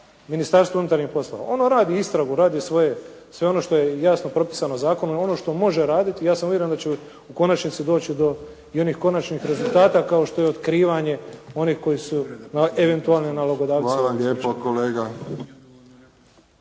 Ministarstvo unutarnjih poslova. Ono radi istragu. Radi svoje, sve ono što je jasno propisano zakonom, ono što može raditi i ja sam uvjeren da će u konačnici doći do i onih konačnih rezultata kao što je otkrivanje onih koji su eventualni nalogodavci u ovom slučaju.